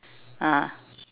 ah